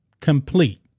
complete